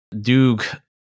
Duke